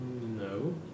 No